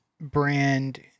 brand